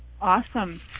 Awesome